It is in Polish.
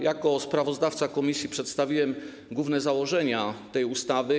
Jako sprawozdawca komisji przedstawiłem główne założenia tej ustawy.